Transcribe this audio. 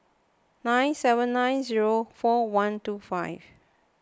nine seven nine zero four one two five